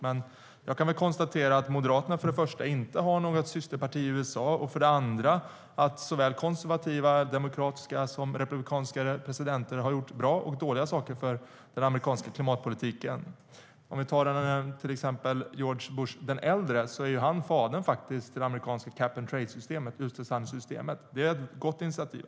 Men jag kan väl konstatera för det första att Moderaterna inte har något systerparti i USA och för det andra att konservativa, demokratiska och republikanska presidenter har gjort både bra och dåliga saker för den amerikanska klimatpolitiken. Till exempel är George Bush den äldre fader till det amerikanska utsläppshandelssystemet, cap-and-trade-systemet, som var ett gott initiativ.